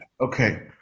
Okay